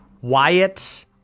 Wyatt